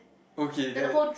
okay that